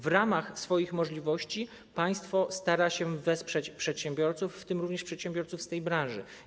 W ramach swoich możliwości państwo stara się wesprzeć przedsiębiorców, w tym również przedsiębiorców z tej branży.